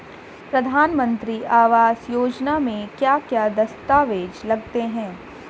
प्रधानमंत्री आवास योजना में क्या क्या दस्तावेज लगते हैं?